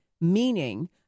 meaning